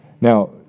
Now